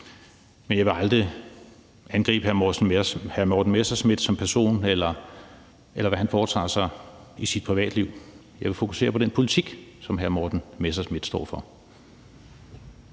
men jeg ville aldrig angribe hr. Morten Messerschmidt som person, eller hvad han foretager sig i sit privatliv. Jeg vil fokusere på den politik, som hr. Morten Messerschmidt står for.